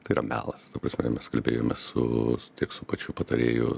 tai yra melas ta prasme mes kalbėjome su tiek su pačiu patarėju